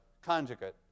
conjugate